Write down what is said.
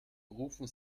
rufen